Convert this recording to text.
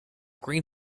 green